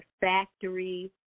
factory